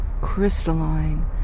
crystalline